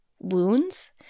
wounds